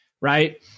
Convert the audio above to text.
right